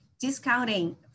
discounting